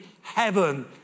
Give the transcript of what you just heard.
heaven